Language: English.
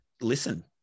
listen